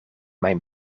mijn